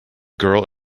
girl